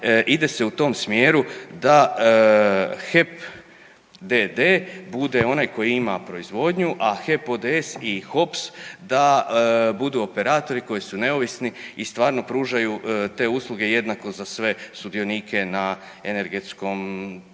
ide se u tom smjeru da HEP d.d. bude onaj koji ima proizvodnju, a HEP ODS i HOPS da budu operatori koji su neovisni i stvarno pružaju te usluge jednako za sve sudionike na energetskom tržištu